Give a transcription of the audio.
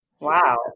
Wow